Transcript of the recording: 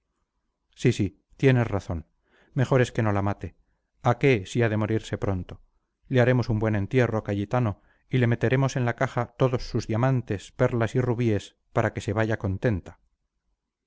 sí sí tienes razón mejor es que no la mate a qué si ha de morirse pronto le haremos un buen entierro cayetano y le meteremos en la caja todos sus diamantes perlas y rubíes para que se vaya contenta